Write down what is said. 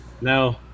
No